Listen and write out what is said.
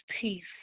peace